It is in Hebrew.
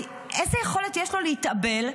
איזו יכולת יש לו להתאבל?